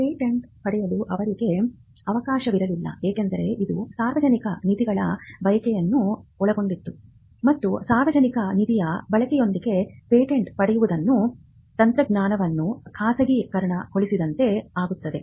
patent ಪಡೆಯಲು ಅವರಿಗೆ ಅವಕಾಶವಿರಲಿಲ್ಲ ಏಕೆಂದರೆ ಇದು ಸಾರ್ವಜನಿಕ ನಿಧಿಗಳ ಬಳಕೆಯನ್ನು ಒಳಗೊಂಡಿತ್ತು ಮತ್ತು ಸಾರ್ವಜನಿಕ ನಿಧಿಯ ಬಳಕೆಯೊಂದಿಗೆ ಪೇಟೆಂಟ್ ಪಡೆಯುವುದನ್ನು ತಂತ್ರಜ್ಞಾನವನ್ನು ಖಾಸಗೀಕರಣಗೊಳಿಸಿದಂತೆ ಆಗುತ್ತದೆ